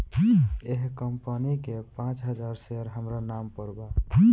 एह कंपनी के पांच हजार शेयर हामरा नाम पर बा